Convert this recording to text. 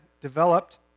developed